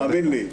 תאמין לי.